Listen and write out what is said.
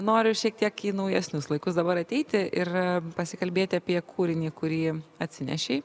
noriu šiek tiek į naujesnius laikus dabar ateiti ir pasikalbėti apie kūrinį kurį atsinešei